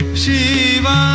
Shiva